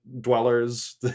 dwellers